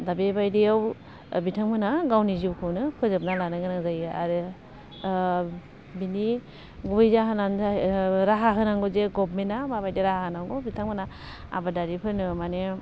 दा बेबायदियाव बिथांमोना गावनि जिउखौनो फोजोबना लानो गोनां जायो आरो बेनि गुबै जाहोनानो जाहै राहा होनांगौ जे गभमेन्टा माबादि राहा होनांगौ बिथांमोना आबादारिफोरनो माने